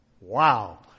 Wow